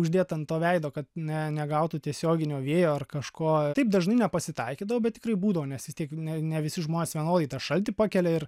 uždėta ant to veido kad ne negautų tiesioginio vėjo ar kažko taip dažnai nepasitaikydavo bet tikrai būdavo nes vis tiek ne ne visi žmonės vienodai tą šaltį pakelia ir